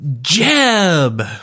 Jeb